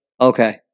Okay